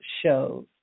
shows